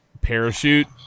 Parachute